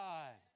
God